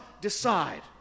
decide